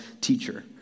teacher